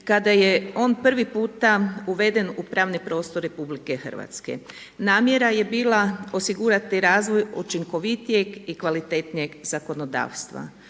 kada je on prvi puta uveden u pravni prostor RH. Namjera je bila osigurati razvoj učinkovitijeg i kvalitetnijeg zakonodavstva,